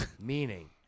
meaning